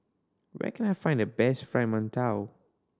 where can I find the best Fried Mantou